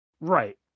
Right